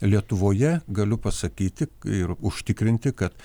lietuvoje galiu pasakyti ir užtikrinti kad